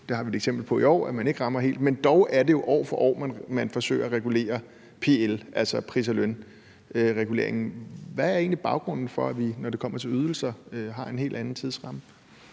det har vi et eksempel på i år, altså at man ikke rammer det helt – men dog er det jo år for år, man forsøger at regulere PL, altså pris- og lønreguleringen. Hvad er egentlig baggrunden for, at vi, når det kommer til ydelser, har en helt anden tidsramme?